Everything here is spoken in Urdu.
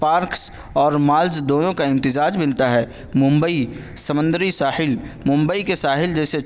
پارکس اور مالز دونوں کا امتزاج ملتا ہے ممبئی سمندری ساحل ممبئی کے ساحل جیسے